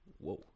Whoa